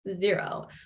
Zero